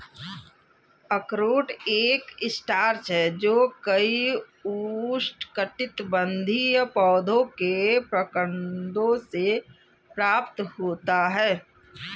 अरारोट एक स्टार्च है जो कई उष्णकटिबंधीय पौधों के प्रकंदों से प्राप्त होता है